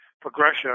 progression